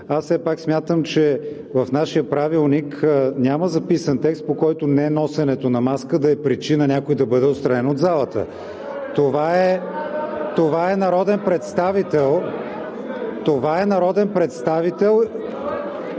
Аз все пак смятам, че в нашия Правилник няма записан текст, по който неносенето на маска да е причина някой да бъде отстранен от залата. (Шум и реплики от ОП.) Това е народен представител